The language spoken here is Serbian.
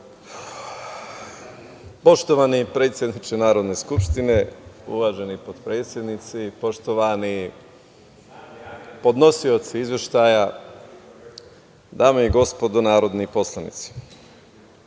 Poštovani predsedniče Narodne skupštine, uvaženi potpredsednici, poštovani podnosioci izveštaja, dame i gospodo narodni poslanici,